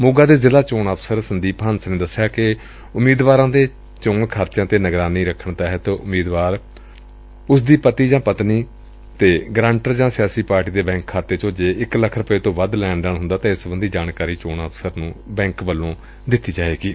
ਮੋਗਾ ਦੇ ਜ਼ਿਲ਼ਾ ਚੋਣ ਅਫਸਰ ਸੰਦੀਪ ਹੰਸ ਨੇ ਦਸਿਆ ਕਿ ਉਮੀਦਵਾਰਾਂ ਦੇ ਚੋਣ ਖਰਚਿਆਂ ਤੇ ਨਿਗਰਾਨੀ ਰੱਖਣ ਤਹਿਤ ਉਮੀਦਵਾਰ ਉਸਦੀ ਪਤਨੀ ਤੇ ਪਤੀ ਗਰੰਟਰ ਜਾਂ ਸਿਆਸੀ ਪਾਰਟੀ ਦੇ ਬੈਂਕ ਖਾਤੇ ਵਿਚੋਂ ਜੇਕਰ ਇਕ ਲੱਖ ਰੁਪਏ ਤੋਂ ਵੱਧ ਦਾ ਲੈਣ ਦੇਣ ਹੁੰਦੈ ਤਾਂ ਇਸ ਸਬੰਧੀ ਜਾਣਕਾਰੀ ਚੋਣ ਅਫ਼ਸਰ ਨੁੰ ਬੈਂਕ ਵੱਲੋਂ ਦਿੱਤੀ ਜਾਏਗੀ